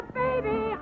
baby